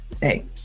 Hey